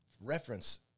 reference